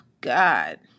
God